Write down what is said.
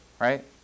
right